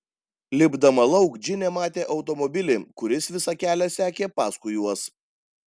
lipdama lauk džinė matė automobilį kuris visą kelią sekė paskui juos